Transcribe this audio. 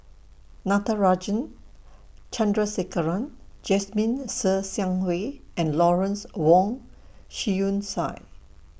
Natarajan Chandrasekaran Jasmine Ser Xiang Wei and Lawrence Wong Shyun Tsai